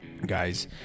Guys